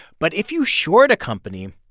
but if you short a company,